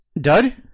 Dud